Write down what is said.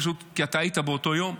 פשוט כי אתה היית באותו יום,